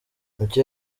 mucyo